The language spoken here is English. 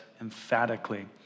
emphatically